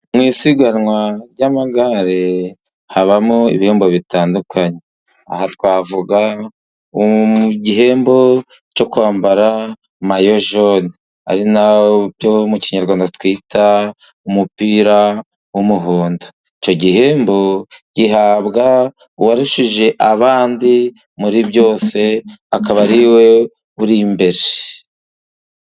Mu isiganwa ry'amagare habamo ibihembo bitandukanye, aha twavugamo igihembo cyo kwambara mayojone ari na byo mu kinyarwanda twita umupira w'umuhondo. Icyo gihembo gihabwa uwarushije abandi muri byose akaba ari we uri imbere.